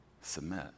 submit